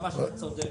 כמה שאתה צודק.